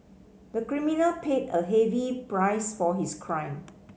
the criminal paid a heavy price for his crime